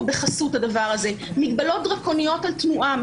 בחסות הדבר הזה: מגבלות דרקוניות על תנועה.